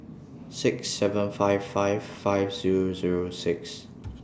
six seven five five five Zero Zero six